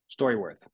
StoryWorth